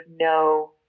no